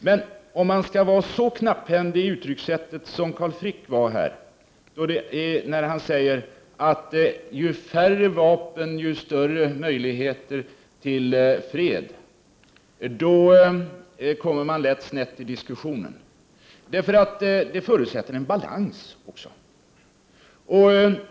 Men om man skall vara så knapphändig i uttryckssättet som Carl Frick när han säger att ju färre vapen, desto större möjligheter till fred, då kommer man lätt snett i diskussionen. Det förutsätter också en balans.